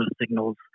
signals